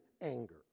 anger